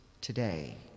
today